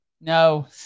No